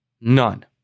None